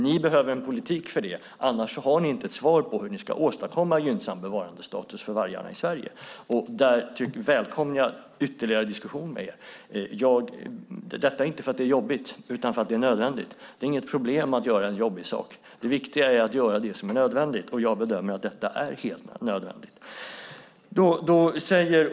Ni behöver en politik för det, för annars har ni inte ett svar på hur ni ska åstadkomma en gynnsam bevarandestatus för vargarna i Sverige. Där välkomnar jag ytterligare diskussion. Detta är inte för att det är jobbigt utan för att det är nödvändigt. Det är inget problem att göra en jobbig sak. Det viktiga är att göra det som är nödvändigt, och jag bedömer att detta är helt nödvändigt.